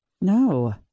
No